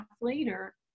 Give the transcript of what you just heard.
later